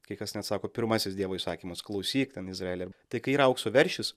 kai kas net sako pirmasis dievo įsakymas klausyk ten izraeli tai kai yra aukso veršis